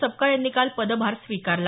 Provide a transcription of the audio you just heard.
सपकाळ यांनी काल पदभार स्वीकारला